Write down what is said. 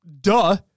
Duh